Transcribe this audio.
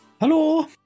Hello